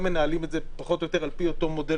אנחנו מנהלים את זה פחות או יותר על פי אותו מודל